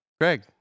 Greg